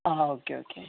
ആ okay okay